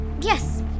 Yes